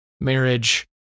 marriage